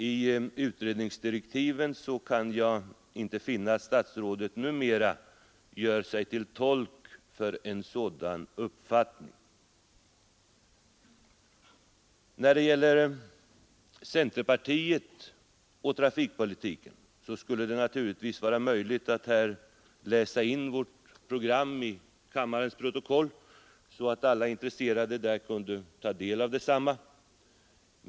I utredningsdirektiven kan jag inte finna att statsrådet numera gör sig till tolk för en sådan uppfattning. När det gäller centerpartiet och trafikpolitiken skulle det naturligtvis vara möjligt att läsa in vårt program i kammarens protokoll, så att alla intresserade där kunde ta del av detsamma.